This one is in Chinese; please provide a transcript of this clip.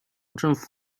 政府